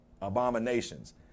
abominations